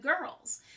girls